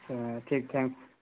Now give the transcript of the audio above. اچھا ٹھیک ٹھیک